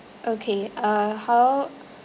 okay uh how